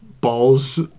balls